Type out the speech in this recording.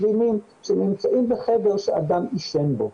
סדינים שנמצאים בחדר שאדם עישן בו.